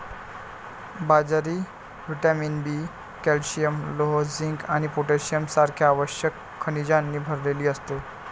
बाजरी vitamin B, calcium, लोह, zinc आणि पोटॅशियम सारख्या आवश्यक खनिजांनी भरलेली असते